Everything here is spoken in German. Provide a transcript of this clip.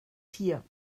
tier